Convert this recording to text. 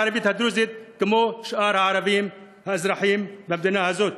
הערבית-הדרוזית כמו כלפי שאר הערבים האזרחים במדינה הזאת.